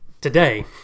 Today